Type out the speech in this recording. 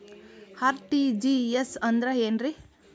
RTGS ಅಂದ್ರ ಏನ್ರಿ?